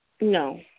No